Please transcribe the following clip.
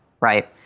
right